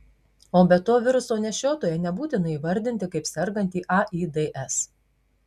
o be to viruso nešiotoją nebūtina įvardinti kaip sergantį aids